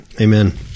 Amen